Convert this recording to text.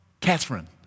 Catherine